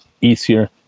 easier